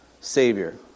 Savior